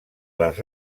les